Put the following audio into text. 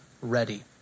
ready